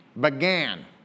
Began